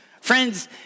Friends